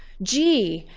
gee,